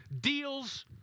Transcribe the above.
deals